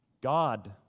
God